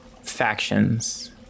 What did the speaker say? factions